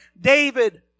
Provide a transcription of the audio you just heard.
David